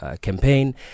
campaign